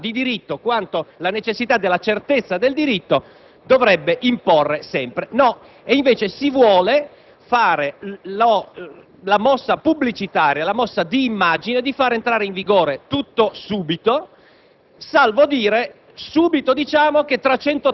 e, di conseguenza, di fare quanto in uno Stato di diritto la necessità della certezza del diritto dovrebbe imporre sempre. Invece no. Invece si vuole compiere una mossa pubblicitaria, un atto di immagine, facendo entrare in vigore tutto subito,